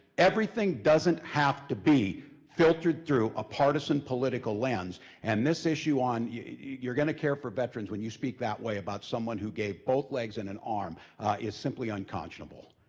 everything doesn't have to be filtered through a partisan political lens. and this issue on you're you're gonna care for veterans when you speak that way about someone who gave both legs and an arm ah is simply unconscionable.